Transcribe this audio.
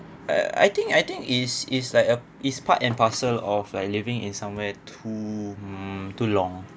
err I think I think is is like a is part and parcel of like living in somewhere too mm too long